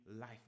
life